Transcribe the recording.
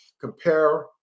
compare